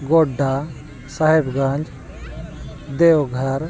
Godda Sahebganj Deoghar